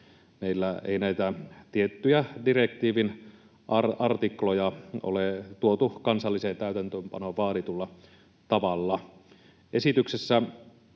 meillä ei näitä tiettyjä direktiivin artikloja ole tuotu kansalliseen täytäntöönpanoon vaaditulla tavalla.